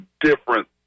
different